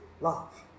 love